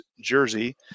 jersey